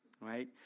Right